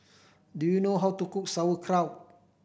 do you know how to cook Sauerkraut